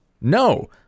No